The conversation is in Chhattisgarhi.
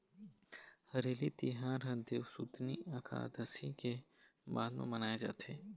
हरेली तिहार ह देवसुतनी अकादसी के बाद म मनाए जाथे